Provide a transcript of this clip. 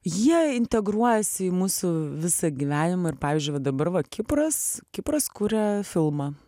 jie integruojasi į mūsų visą gyvenimą ir pavyzdžiui va dabar va kipras kipras kuria filmą